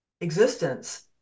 existence